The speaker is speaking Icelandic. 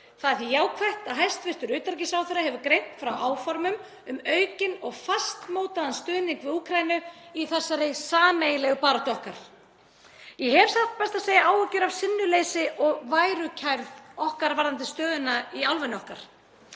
Það er því jákvætt að hæstv. utanríkisráðherra hefur greint frá áformum um aukinn og fastmótaðan stuðning við Úkraínu í þessari sameiginlegu baráttu okkar. Ég hef satt best að segja áhyggjur af sinnuleysi og værukærð okkar varðandi stöðuna í álfunni okkar.